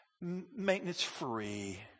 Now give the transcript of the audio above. maintenance-free